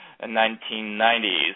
1990s